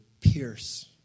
pierce